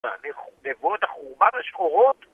נבואות החורבן השחורות